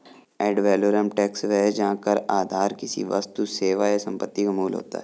add valorem tax वह है जहां कर आधार किसी वस्तु, सेवा या संपत्ति का मूल्य होता है